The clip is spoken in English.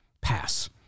pass